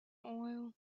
oil